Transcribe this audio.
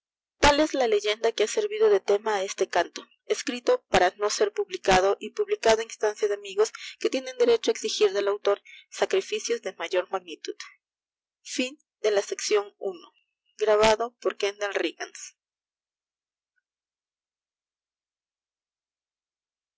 tal es la leyenda que ha servido de tema al siguiente canto escrito para no ser publicado y publicado á instancia de amigos que tienen derecho á exigir del autor sacrificios de mayor magnitud